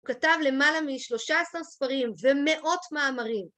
כתב למעלה מ-13 ספרים ומאות מאמרים.